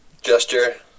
Gesture